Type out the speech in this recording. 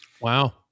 Wow